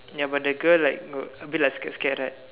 ya but the girl like uh a bit like scared scared right